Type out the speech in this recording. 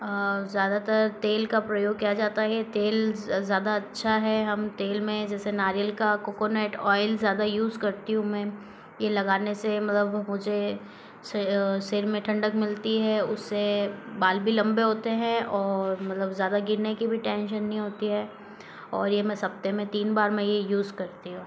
ज़्यादातर तेल का प्रयोग किया जाता है तेल ज ज़्यादा अच्छा है हम तेल में जैसे नारियल का कोकोनट ओइल ज़्यादा यूज़ करती हूँ मैं यह लगाने से मतलब मुझे सिर में ठंडक मिलती है उस्से बाल भी लंबे होते हैं और मतलब ज़्यादा गिरने की भी टेंशन नहीं होती है और यह मैं सप्ताह में तीन बार मैं यह यूज़ करती हूँ